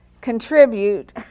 Contribute